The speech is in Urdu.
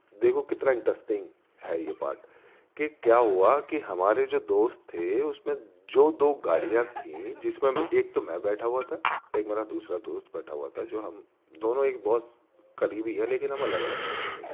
دیکھو کتنا انٹرسٹنگ ہے یہ پارٹ کہ کیا ہوا کہ ہمارے جو دوست تھے اس میں جو دو گاڑیاں تھیں جس میں ہم ایک تو میں بیٹھا ہوا تھا ایک میرا دوسرا دوست بیٹھا ہوا تھا جو ہم دونوں ایک بہت سی قریبی ہیں لیکن ہم الگ الگ بیٹھے ہوئے تھے